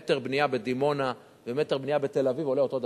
מטר בנייה בדימונה ומטר בנייה בתל-אביב עולים אותו דבר.